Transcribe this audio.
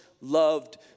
loved